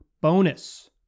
bonus